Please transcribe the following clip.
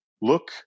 look